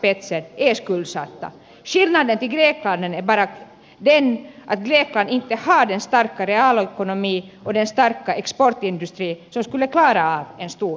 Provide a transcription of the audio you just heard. skillnaden till grekland är bara den att grekland inte har den starka realekonomi och den starka exportindustri som skulle klara av en stor skuldsättning